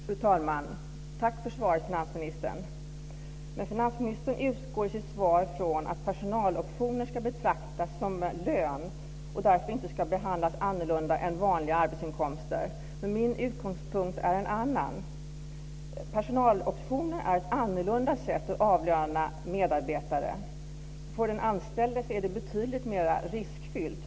Fru talman! Tack för svaret, finansministern! I sitt svar utgår finansministern från att personaloptioner ska betraktas som lön och att de därför inte ska behandlas annorlunda än vanliga arbetsinkomster. Men min utgångspunkt är en annan. Personaloptioner är ett annorlunda sätt att avlöna medarbetare. För den anställde är det betydligt mera riskfyllt.